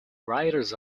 riders